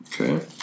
Okay